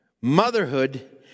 motherhood